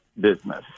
business